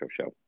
Show